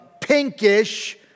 pinkish